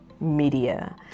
Media